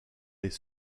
les